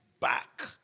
back